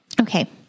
Okay